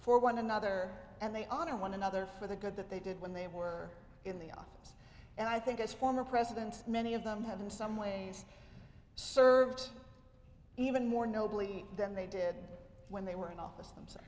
for one another and they honor one another for the good that they did when they were in the office and i think as former presidents many of them have in some ways served even more nobley than they did when they were in office